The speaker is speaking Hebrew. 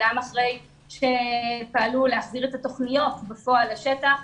וגם אחרי שפעלו להחזיר את התכניות בפועל לשטח,